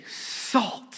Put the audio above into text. salt